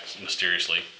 mysteriously